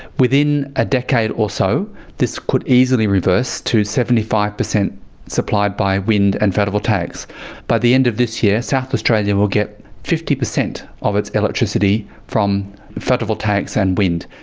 within a decade or so this could easily reverse to seventy five percent supplied by wind and photovoltaics. by the end of this year, south australia will get fifty percent of its electricity from the photovoltaics and wind.